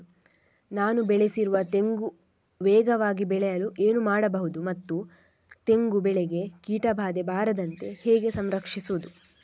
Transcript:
ನಾನು ಬೆಳೆಸಿರುವ ತೆಂಗು ವೇಗವಾಗಿ ಬೆಳೆಯಲು ಏನು ಮಾಡಬಹುದು ಮತ್ತು ತೆಂಗು ಬೆಳೆಗೆ ಕೀಟಬಾಧೆ ಬಾರದಂತೆ ಹೇಗೆ ಸಂರಕ್ಷಿಸುವುದು?